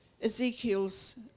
Ezekiel's